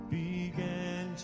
began